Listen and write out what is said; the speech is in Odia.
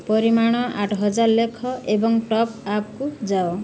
ପରିମାଣ ଆଠ ହଜାର ଲେଖ ଏବଂ ଟପ୍ ଆପକୁ ଯାଅ